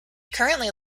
currently